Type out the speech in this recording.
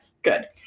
Good